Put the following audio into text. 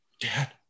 Dad